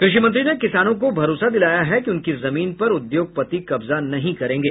कृषि मंत्री ने किसानों को भरोसा दिलाया है कि उनकी जमीन पर उद्योगपति कब्जा नहीं करेंगे